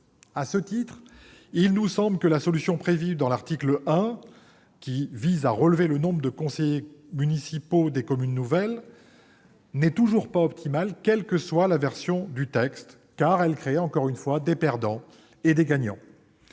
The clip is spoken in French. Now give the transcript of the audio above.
ce titre, la solution prévue à l'article 1, visant àrelever le nombre de conseillers municipaux descommunes nouvelles, n'est toujours pas optimale quelle que soit la version du texte, car elle crée encore une foisdes perdants et des gagnants.